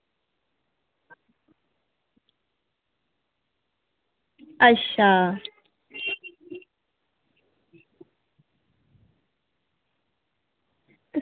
अच्छा